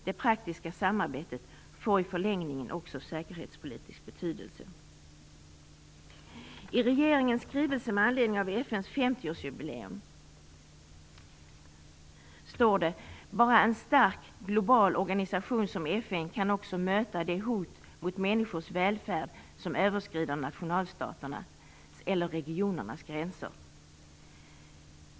Det praktiska samarbetet får i förlängningen också säkerhetspolitisk betydelse. I regeringens skrivelse med anledning av FN:s femtioårsjubileum står det: Bara en stark global organisation som FN kan också möta det hot mot människors välfärd som överskrider nationalstaternas eller regionernas gränser.